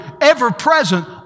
ever-present